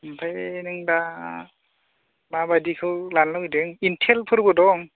ओमफ्राय नों दा माबायदिखौ लानो लुबैदों इनटेलफोरबो दं